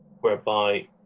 whereby